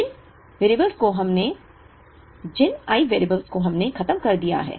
Jin I variables को हमने खत्म कर दिया है